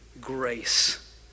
grace